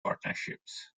partnerships